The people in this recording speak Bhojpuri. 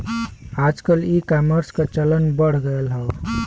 आजकल ईकामर्स क चलन बढ़ गयल हौ